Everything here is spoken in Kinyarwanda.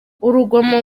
urugomo